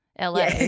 LA